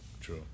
true